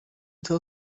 tell